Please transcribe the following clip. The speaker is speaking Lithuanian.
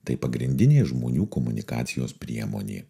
tai pagrindinė žmonių komunikacijos priemonė